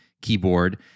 keyboard